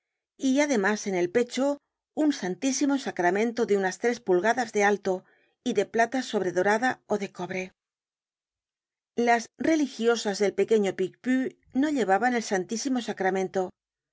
y además en el pecho un santísimo sacramento de unas tres pulgadas de alto y de plata sobredorada ó de cobre las religiosas del pequeño picpus no llevaban el santísimo sacramento la